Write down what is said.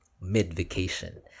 mid-vacation